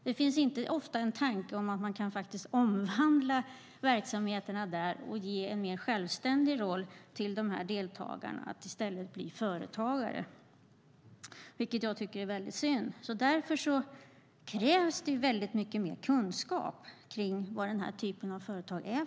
Ofta finns det ingen tanke på att man kan omvandla verksamheterna och ge en mer självständig roll till de här deltagarna så att de i stället kan bli företagare. Det tycker jag är väldigt synd. Därför krävs det väldigt mycket mer kunskap om den här typen av företag.